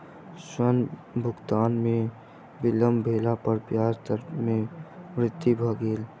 ऋण भुगतान में विलम्ब भेला पर ब्याज दर में वृद्धि भ गेल